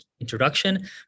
introduction